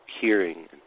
hearing